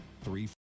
three